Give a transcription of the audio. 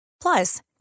Plus